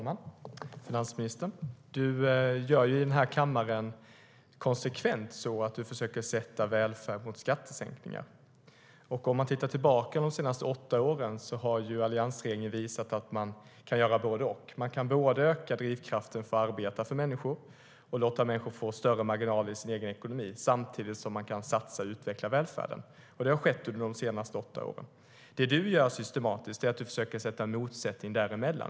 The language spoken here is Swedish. Fru talman! Finansministern försöker konsekvent här i kammaren sätta välfärd mot skattesänkningar. Om man tittar tillbaka på de senaste åtta åren har alliansregeringen visat att man kan göra både och. Man kan både öka drivkraften för människor att arbeta och låta människor få större marginaler i sin ekonomi och samtidigt satsa och utveckla välfärden. Det har skett under de senaste åtta åren. Det du gör systematiskt är att försöka skapa en motsättning däremellan.